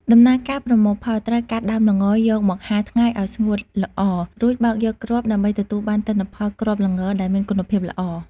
ដំណើរការប្រមូលផល ត្រូវកាត់ដើមល្ងយកមកហាលថ្ងៃឱ្យស្ងួតល្អ រួចបោកយកគ្រាប់ដើម្បីទទួលបានទិន្នផលគ្រាប់ល្ងដែលមានគុណភាពល្អ។